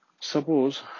Suppose